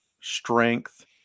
strength